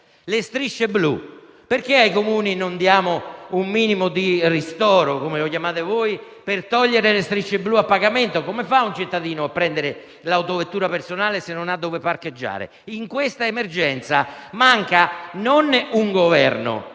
è chiusa? Perché non diamo ai Comuni un minimo di ristoro, come lo chiamate voi, per togliere le strisce blu a pagamento? Come fa un cittadino a prendere l'autovettura personale se non sa dove parcheggiare? In questa emergenza manca non un Governo,